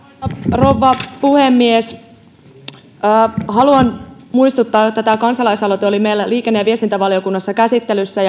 rouva puhemies haluan muistuttaa että tämä kansalaisaloite oli meillä liikenne ja viestintävaliokunnassa käsittelyssä